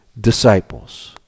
disciples